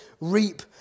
reap